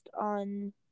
on